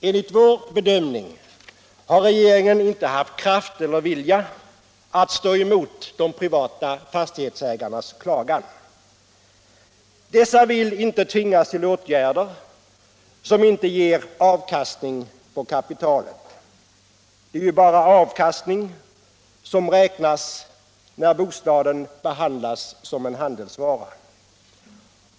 Enligt vår bedömning har regeringen inte haft kraft eller vilja att stå emot de privata fastighetsägarnas klagan. De vill inte tvingas till åtgärder som inte ger avkastning på kapitalet. Det är ju bara avkastning som räknas när bostaden behandlas som en handelsvara.